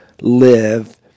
live